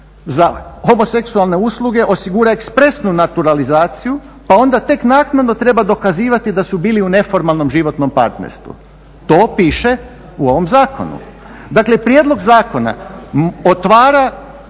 za homoseksualne usluge osigura ekspresnu naturalizaciju, pa onda tek naknadno treba dokazivati da su bili u neformalnom životnom partnerstvu. To piše u ovom zakonu. Dakle, prijedlog zakona otvara